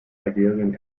algerien